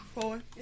Four